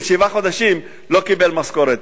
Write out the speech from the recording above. אם שבעה חודשים לא קיבל משכורת?